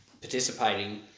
participating